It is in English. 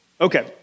Okay